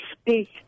speak